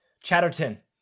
Chatterton